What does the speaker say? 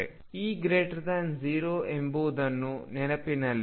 E 0 ಎಂಬುದನ್ನು ನೆನಪಿನಲ್ಲಿಡಿ